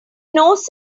knows